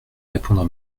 répondre